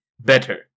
better